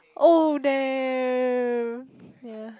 oh damn ya